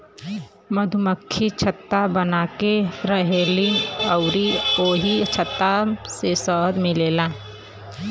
मधुमक्खि छत्ता बनाके रहेलीन अउरी ओही छत्ता से शहद मिलेला